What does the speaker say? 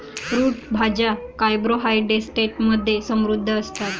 route भाज्या carbohydrates मध्ये समृद्ध असतात